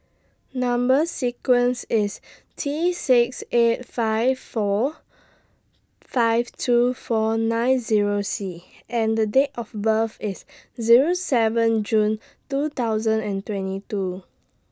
Number sequence IS T six eight five four five two four nine Zero C and Date of birth IS Zero seven June two thousand and twenty two